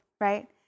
right